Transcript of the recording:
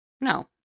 No